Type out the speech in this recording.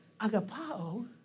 agapao